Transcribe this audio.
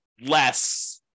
less